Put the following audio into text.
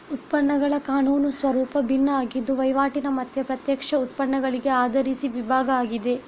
ಉತ್ಪನ್ನಗಳ ಕಾನೂನು ಸ್ವರೂಪ ಭಿನ್ನ ಆಗಿದ್ದು ವೈವಾಟಿನ ಮತ್ತೆ ಪ್ರತ್ಯಕ್ಷ ಉತ್ಪನ್ನಗಳಿಗೆ ಆಧರಿಸಿ ವಿಭಾಗ ಆಗಿದೆ